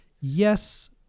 yes